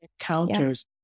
encounters